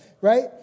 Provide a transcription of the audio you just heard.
right